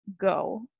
go